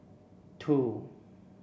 two